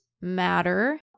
matter